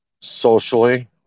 Socially